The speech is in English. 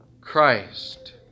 Christ